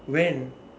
when